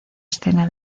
escena